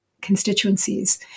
constituencies